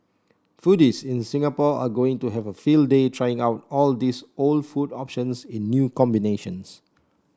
foodies in Singapore are going to have a field day trying out all these old food options in new combinations